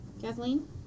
Kathleen